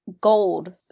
gold